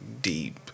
Deep